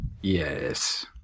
Yes